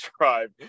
drive